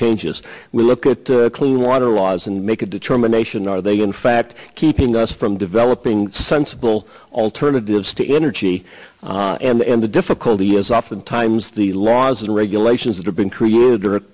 changes we look at the clean water laws and make a determination are they in fact keeping us from developing sensible alternatives to energy and the difficulty is oftentimes the laws and regulations that are being created